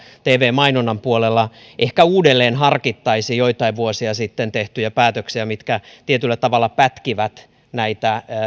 tv mainonnan puolella ehkä uudelleen harkittaisiin joitain vuosia sitten tehtyjä päätöksiä mitkä tietyllä tavalla pätkivät näitä